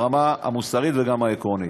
ברמה המוסרית וגם העקרונית.